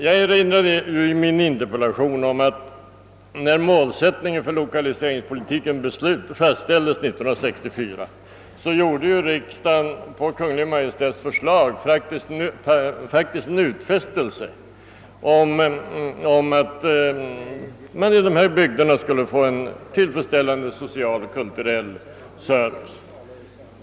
Jag erinrar i min interpellation om att riksdagen, när målsättningen för lokaliseringspolitiken = fastställdes år 1964, på Kungl. Maj:ts förslag faktiskt gjorde en utfästelse om att iman i dessa bygder skulle få tillfredsställande social och kulturell service.